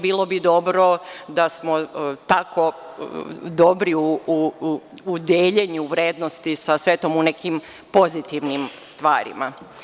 Bilo bi dobro da smo tako dobri u deljenju vrednosti sa svetom u nekim pozitivnim stvarima.